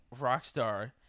Rockstar